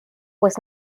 was